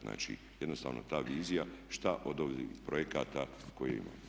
Znači, jednostavno ta vizija šta od ovih projekata koje imamo.